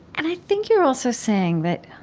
and i think you're also saying that